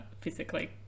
physically